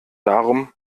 darum